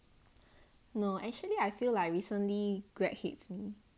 no actually I feel like recently greg hates me